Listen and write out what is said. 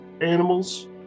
animals